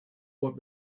what